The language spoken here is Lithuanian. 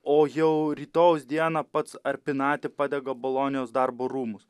o jau rytojaus dieną pats arpinati padega bolonijos darbo rūmus